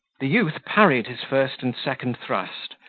the youth parried his first and second thrust,